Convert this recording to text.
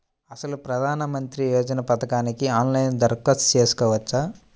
అసలు ప్రధాన మంత్రి యోజన పథకానికి ఆన్లైన్లో దరఖాస్తు చేసుకోవచ్చా?